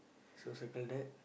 so circle that